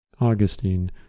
Augustine